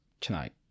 tonight